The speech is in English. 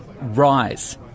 rise